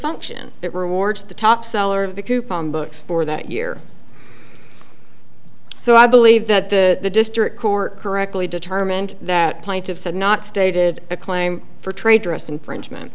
function that rewards the top seller of the coupon books for that year so i believe that the district court correctly determined that plaintiffs have not stated a claim for traitorous infringement